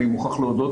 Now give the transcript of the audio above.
אני מוכרח להודות,